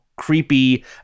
creepy